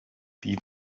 wie